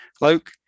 Luke